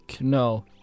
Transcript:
No